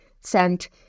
sent